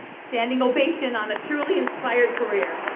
standing ovation on a truly inspired career.